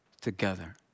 together